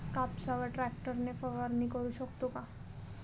कापसावर ट्रॅक्टर ने फवारणी करु शकतो का?